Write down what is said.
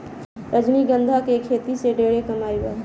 रजनीगंधा के खेती से ढेरे कमाई बा